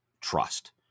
Trust